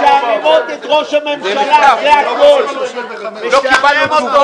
יש פה 90 מיליון שקל שמקוצצים מנגב וגליל והוועדה אפילו לא דנה בזה.